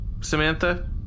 Samantha